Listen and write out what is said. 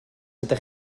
ydych